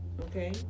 okay